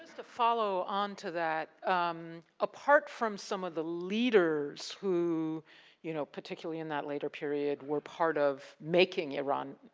to follow onto that apart from some of the leaders who you know particularly in that later period were part of making iran,